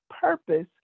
purpose